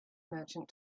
merchant